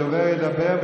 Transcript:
הדובר ידבר.